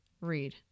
read